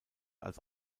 als